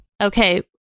Okay